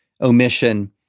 omission